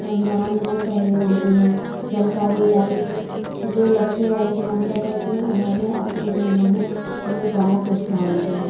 संग्राम में सहयोग दिया जलकारी बाई जो लक्ष्मीबाई की हमशक्ल थीं उन्होंने अपनी सेना में उन्हें प्रमुख स्थान दिया